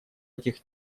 этих